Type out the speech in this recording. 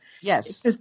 Yes